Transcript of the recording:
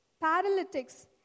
paralytics